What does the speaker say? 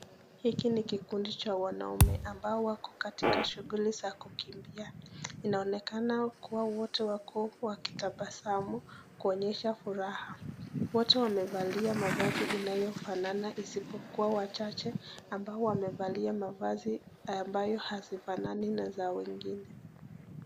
Hiki ni kikundi cha wanaume ambao wako katika shughuli za kukimbia inaonekana kuwa wote wako wakitabasamu kuonyesha furaha. Wote wamevalia mavazi inayofanana isipokuwa wachache ambao wamevalia mavazi ambayo hazifanani na wengine.